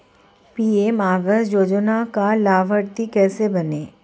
PM आवास योजना का लाभर्ती कैसे बनें?